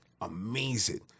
amazing